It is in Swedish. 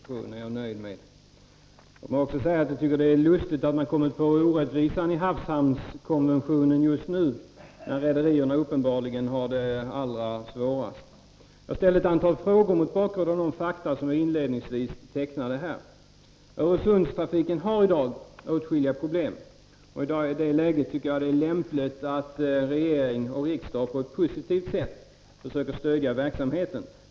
Herr talman! Låt mig först säga att jag är nöjd med det senaste beskedet om handläggningen av Öresundsutredningen och den kommande propositionen. Låt mig också säga att det är lustigt att man kommit på det orättvisa i havshamnskonventionen just nu när rederierna uppenbarligen har det som svårast. Jag ställde ett antal frågor mot bakgrund av de fakta som jag gav inledningsvis. Öresundstrafiken har i dag åtskilliga problem, och i det läget vore det lämpligt om regering och riksdag på ett positivt sätt försökte stödja verksamheten.